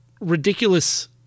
ridiculous